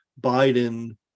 biden